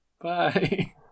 Bye